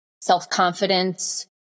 self-confidence